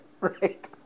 Right